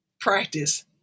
practice